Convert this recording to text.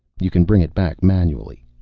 you can bring it back manually.